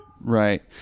Right